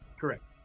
Correct